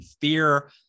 fear